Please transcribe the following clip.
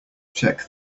check